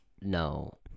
No